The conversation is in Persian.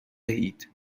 اید